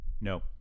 No